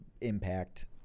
impact